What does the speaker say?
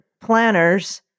planners